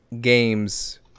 games